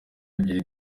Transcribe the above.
ebyiri